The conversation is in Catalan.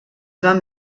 van